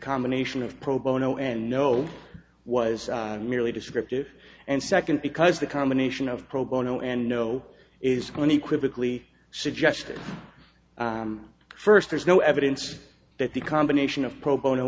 combination of pro bono and no was merely descriptive and second because the combination of pro bono and no is going to quickly suggest first there's no evidence that the combination of pro bono